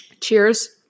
cheers